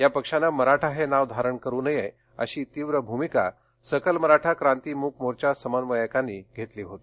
या पक्षानं मराठा हे नाव धारण करू नये अशी तीव्र भूमिका सकल मराठा क्रांती मूक मोर्चा समन्वयकांनी घेतली होती